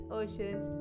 oceans